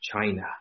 China